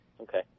Okay